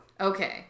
Okay